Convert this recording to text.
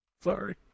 Sorry